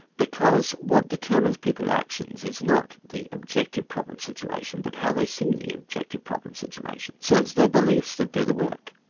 because what determines people's actions is not the objective problem situation but how they see the objective problem situation, so it's their beliefs that do the work.